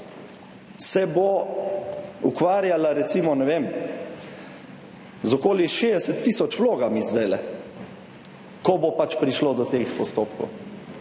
se bo ukvarjala recimo, ne vem, z okoli 60 tisoč vlogami. Sedajle, ko bo pač prišlo do teh postopkov,